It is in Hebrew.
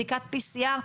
בדיקות PCR?